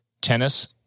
tennis